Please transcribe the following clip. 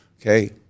okay